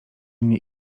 mnie